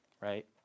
right